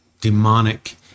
demonic